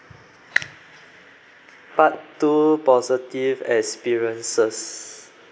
part two positive experiences